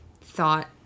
thought